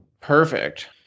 perfect